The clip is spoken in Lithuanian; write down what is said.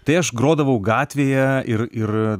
tai aš grodavau gatvėje ir ir